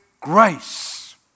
grace